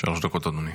שלוש דקות, אדוני.